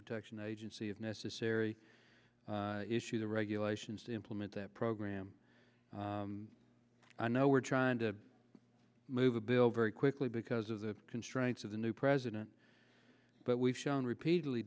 protection agency if necessary issue the regulations to implement that program i know we're trying to move a bill very quickly because of the constraints of the new president but we've shown repeatedly